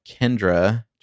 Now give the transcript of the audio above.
Kendra